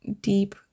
deep